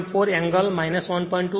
4 angle 1